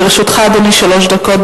לרשותך, אדוני, שלוש דקות.